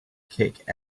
kick